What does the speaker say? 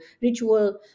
ritual